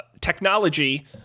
technology